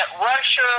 Russia